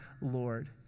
Lord